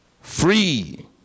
free